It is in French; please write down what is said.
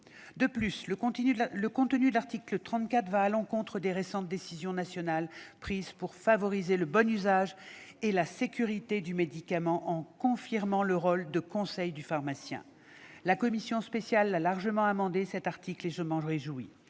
le dispositif de l'article 34 va à l'encontre des récentes décisions nationales prises pour favoriser le bon usage et la sécurité du médicament en confirmant le rôle de conseil du pharmacien. La commission spéciale a largement amendé cet article, et je m'en réjouis.